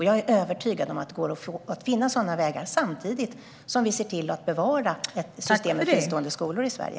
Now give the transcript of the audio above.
Jag är övertygad om att det går att finna sådana vägar samtidigt som vi ser till att bevara ett system med fristående skolor i Sverige.